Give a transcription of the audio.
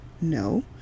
No